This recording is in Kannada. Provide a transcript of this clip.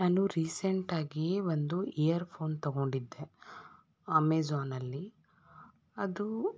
ನಾನು ರೀಸೆಂಟ್ ಆಗಿ ಒಂದು ಇಯರ್ ಫೋನ್ ತೊಗೊಂಡಿದ್ದೆ ಅಮೆಝೋನಲ್ಲಿ ಅದು